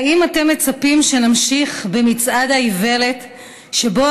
האם אתם מצפים שנמשיך במצעד האיוולת שבו